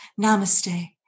Namaste